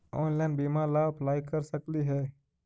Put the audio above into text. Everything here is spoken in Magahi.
ऑनलाइन बीमा ला अप्लाई कर सकली हे?